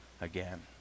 again